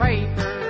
Paper